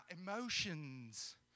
emotions